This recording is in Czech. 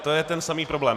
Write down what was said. To je ten samý problém.